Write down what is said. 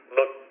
Look